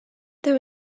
there